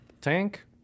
tank